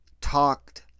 talked